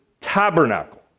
tabernacle